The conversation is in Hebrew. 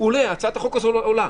הצעת החוק הזאת עולה.